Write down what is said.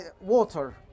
water